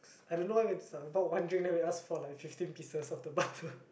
I don't know leh we went to Starbucks bought one drink then we asked for fifteen pieces of the butter